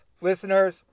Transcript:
Listeners